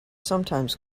sometimes